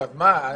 אז מה?